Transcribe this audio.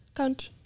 county